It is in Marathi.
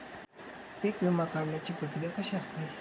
पीक विमा काढण्याची प्रक्रिया कशी असते?